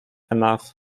enough